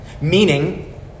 meaning